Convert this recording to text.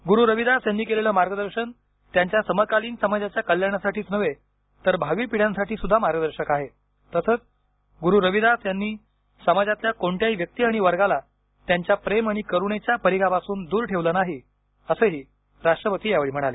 गुरू रविदास यांनी केलेलं मार्गदर्शन त्यांच्या समकालीन समाजाच्या कल्याणासाठीच नव्हे तर भावी पिढ्यांसाठीसुद्धा मार्गदर्शक आहे तसंच गुरू रविदास यांनी समाजातल्या कोणत्याही व्यक्ती आणि वर्गाला त्यांच्या प्रेम आणि करुणेच्या परिघापासून दूर ठेवलं नाही असंही राष्ट्रपती यावेळी म्हणाले